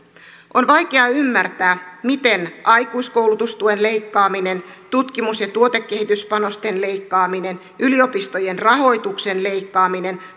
on vaikea ymmärtää miten aikuiskoulutustuen leikkaaminen tutkimus ja tuotekehityspanosten leikkaaminen yliopistojen rahoituksen leikkaaminen